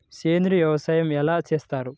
సేంద్రీయ వ్యవసాయం ఎలా చేస్తారు?